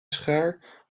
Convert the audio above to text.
schaar